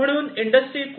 म्हणून इंडस्ट्री 4